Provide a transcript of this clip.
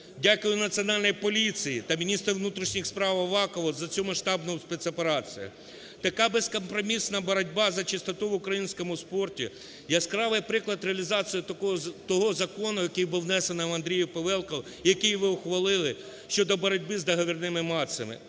Дякую Національній поліції та міністру внутрішніх справ Авакову за цю масштабну спецоперацію. Така безкомпромісна боротьба за чистоту в українському спорті – яскравий приклад реалізації того закону, який був внесений Андрієм Павелко, який ви ухвалили, щодо боротьби з договірними матчами,